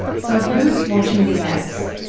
so who's watching the apps?